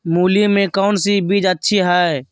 मूली में कौन सी बीज अच्छी है?